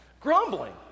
Grumbling